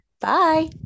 bye